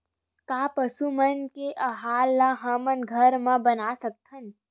का पशु मन के आहार ला हमन घर मा बना सकथन?